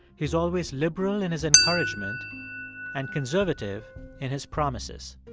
he's always liberal in his encouragement and conservative in his promises.